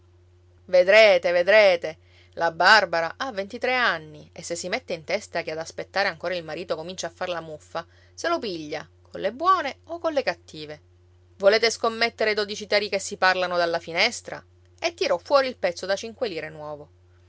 vedrete vedrete la barbara ha ventitre anni e se si mette in testa che ad aspettare ancora il marito comincia a far la muffa se lo piglia colle buone o colle cattive volete scommettere dodici tarì che si parlano dalla finestra e tirò fuori il pezzo da cinque lire nuovo